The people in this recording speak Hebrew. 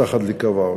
מתחת לקו העוני.